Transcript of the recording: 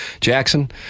Jackson